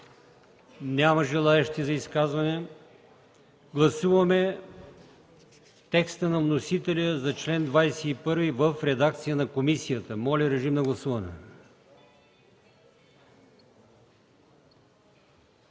Няма желаещи за изказване. Гласуваме текста на вносителя за чл. 25 в редакция на комисията. Моля, гласувайте.